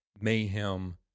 mayhem